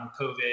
COVID